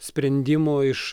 sprendimų iš